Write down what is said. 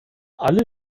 alle